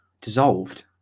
dissolved